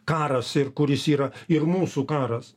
karas ir kuris yra ir mūsų karas